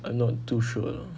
I'm not too sure lah